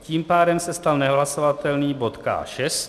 Tím pádem se stal nehlasovatelný bod K6.